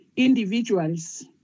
Individuals